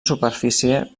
superfície